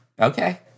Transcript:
Okay